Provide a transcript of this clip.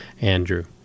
Andrew